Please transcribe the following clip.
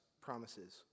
promises